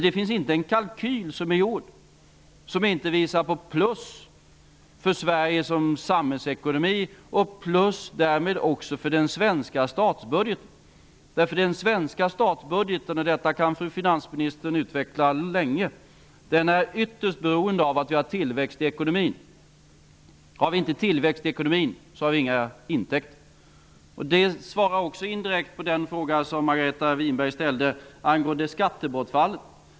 Det finns inte en kalkyl som är gjord som inte visar på plus för Sverige som samhällsekonomi och som därmed också visar på plus för den svenska statsbudgeten. Den svenska statsbudgeten, och detta kan fru finansministern utveckla länge, är ytterst beroende av att vi har tillväxt i ekonomin. Om vi inte har tillväxt i ekonomin får vi inga intäkter. Indirekt är det också svar på den fråga som Margareta Winberg ställde angående skattebortfallet.